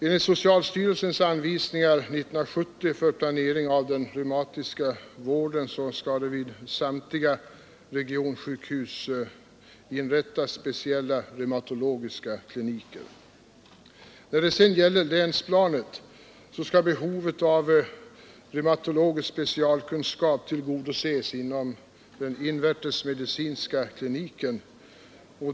Enligt socialstyrelsens anvisningar 1970 för planering av den reumato logiska vården skall vid samtliga regionsjukhus inrättas speciella reumatologiska kliniker. På länsplanet skall behovet av reumatologisk specialkunskap tillgodoses inom invärtesmedicinska kliniken.